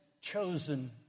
chosen